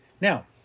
now